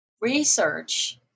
research